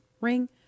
ring